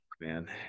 man